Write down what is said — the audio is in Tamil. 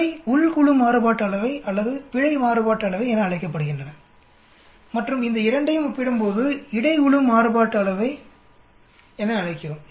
இவை உள் குழு மாறுபாட்டு அளவை அல்லது பிழை மாறுபாட்டு அளவை என அழைக்கப்படுகின்றன மற்றும் இந்த இரண்டையும் ஒப்பிடும்போது இடை குழு மாறுபாட்டு அளவை என் அழைக்கிறோம்